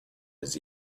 his